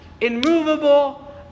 immovable